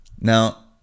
Now